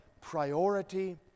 priority